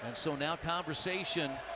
so now conversation